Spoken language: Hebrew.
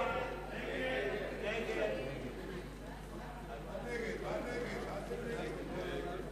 ההסתייגות של חברי הכנסת חיים אורון,